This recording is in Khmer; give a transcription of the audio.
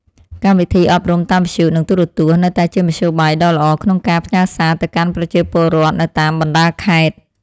កម្មវិធីអប់រំតាមវិទ្យុនិងទូរទស្សន៍នៅតែជាមធ្យោបាយដ៏ល្អក្នុងការផ្ញើសារទៅកាន់ប្រជាពលរដ្ឋនៅតាមបណ្តាខេត្ត។